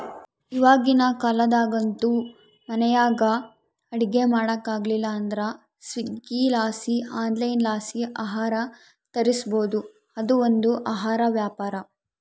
ಇವಾಗಿನ ಕಾಲದಾಗಂತೂ ಮನೆಯಾಗ ಅಡಿಗೆ ಮಾಡಕಾಗಲಿಲ್ಲುದ್ರ ಸ್ವೀಗ್ಗಿಲಾಸಿ ಆನ್ಲೈನ್ಲಾಸಿ ಆಹಾರ ತರಿಸ್ಬೋದು, ಅದು ಒಂದು ಆಹಾರ ವ್ಯಾಪಾರ